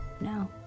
no